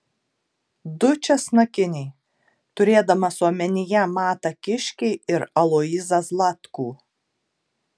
du česnakiniai turėdamas omenyje matą kiškį ir aloyzą zlatkų